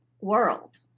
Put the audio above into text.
world